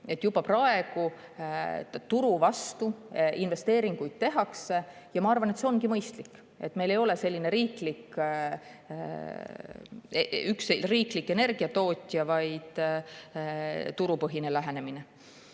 Juba praegu turu vastu investeeringuid tehakse. Ma arvan, et see ongi mõistlik, et meil ei ole üks riiklik energiatootja, vaid turupõhine lähenemine.